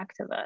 activist